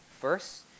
First